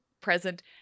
present